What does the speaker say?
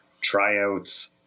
tryouts